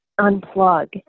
unplug